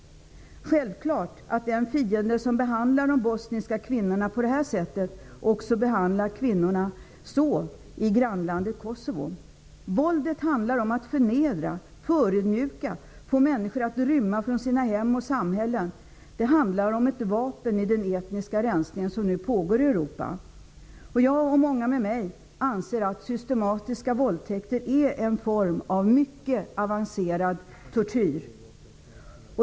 Det är självklart att den fiende som behandlar de bosniska kvinnorna på det här sättet också behandlar kvinnorna så i grannlandet Kosovo. Våldet handlar om att förnedra, förödmjuka och få människor att rymma från sina hem och samhällen. Det handlar om ett vapen i den etniska rensning som nu pågår i Europa. Jag och många med mig anser att systematiska våldtäkter är en form av mycket avancerad tortyr.